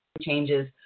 changes